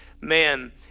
man